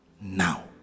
now